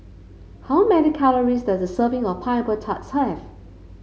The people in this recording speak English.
how many calories does a serving of Pineapple Tarts have